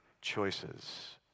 choices